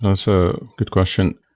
that's a good question.